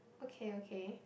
okay okay